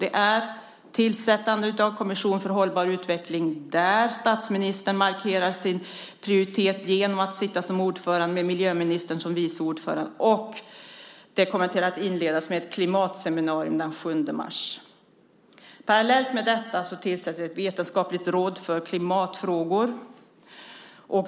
Det handlar om tillsättandet av en kommission för hållbar utveckling, där statsministern markerar sin prioritering genom att sitta som ordförande med miljöministern som vice ordförande. Detta arbete kommer att inledas med ett klimatseminarium den 7 mars. Parallellt med detta tillsätter vi ett vetenskapligt råd för klimatfrågor.